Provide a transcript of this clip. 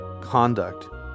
conduct